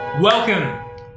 Welcome